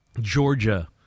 Georgia